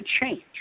change